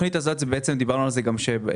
התכנית הזאת היא דיברנו על זה גם בפניית